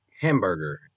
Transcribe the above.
hamburger